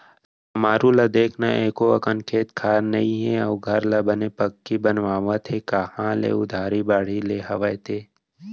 समारू ल देख न एको अकन खेत खार नइ हे अउ घर ल बने पक्की बनवावत हे कांहा ले उधारी बाड़ही ले हवय ते?